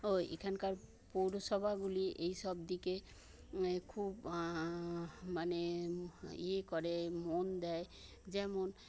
ও এখানকার পৌরসভাগুলি এই সব দিকে খুব মানে ইয়ে করে মন দেয় যেমন